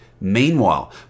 Meanwhile